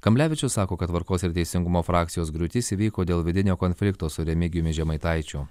kamblevičius sako kad tvarkos ir teisingumo frakcijos griūtis įvyko dėl vidinio konflikto su remigijumi žemaitaičiu